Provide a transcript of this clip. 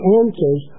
answers